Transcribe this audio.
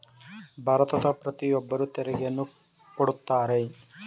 ಭಾರತದ ಪ್ರತಿಯೊಬ್ಬರು ತೆರಿಗೆಯನ್ನು ಕೊಡುತ್ತಾರೆ